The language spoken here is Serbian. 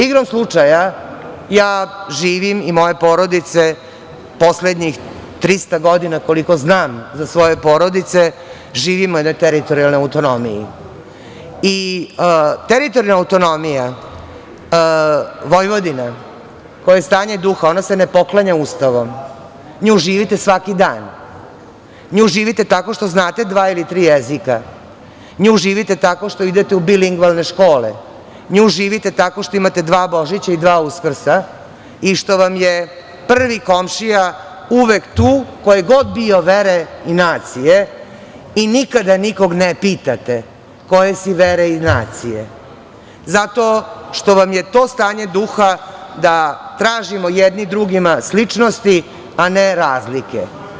Igrom slučaja, ja živim i moje porodice poslednjih 300 godina, koliko znam za svoje porodice, živimo na teritorijalnoj autonomiji i teritorijalna autonomija Vojvodine, koja je stanje duha, ona se ne poklanja Ustavom, nju živite svaki dan, nju živite tako što znate dva ili tri jezika, nju živite tako što idete u bilingvalne škole, nju živite tako što imate dva Božića i dva Uskrsa i što vam je prvi komšija uvek tu koje god bio vere i nacije i nikada nikoga ne pitate koje si vere i nacije zato što vam je to stanje duha da tražimo jedni drugima sličnosti, a ne razlike.